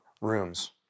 rooms